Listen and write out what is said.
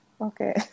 Okay